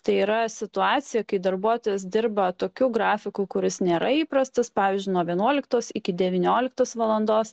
tai yra situacija kai darbuotojas dirba tokiu grafiku kuris nėra įprastas pavyzdžiui nuo vienuoliktos iki devynioliktos valandos